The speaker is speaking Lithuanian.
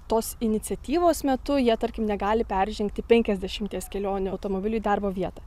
tos iniciatyvos metu jie tarkim negali peržengti penkiasdešimties kelionių automobiliu į darbo vietą